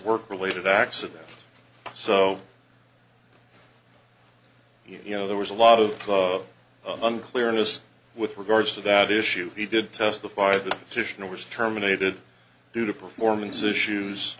work related accident so you know there was a lot of unclear innes with regards to that issue he did testify that titian was terminated due to performance issues